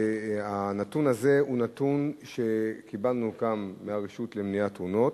הנתון הזה הוא נתון שקיבלנו גם מהרשות למניעת תאונות.